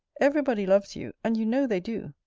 every body loves you and you know they do.